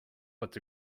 but